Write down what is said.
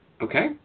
Okay